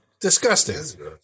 disgusting